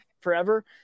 forever